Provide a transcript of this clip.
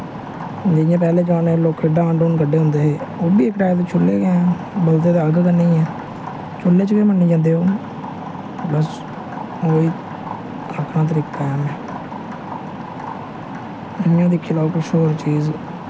जि'यां पराने जमानें च लोकें डाह्न डूह्न कड्ढे दे होंदे हे ओह् बी इक टाईप दे चूह्ले गै न बलदे ते अग्ग कन्नै गै न चूह्ले च बी मन्ने जंदे ओह् बस ओही अपना तरीका ऐ इ'यां दिक्खी लैओ किश होर चीज